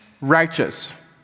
righteous